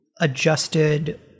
adjusted